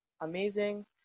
amazing